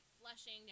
flushing